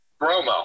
Romo